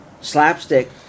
slapstick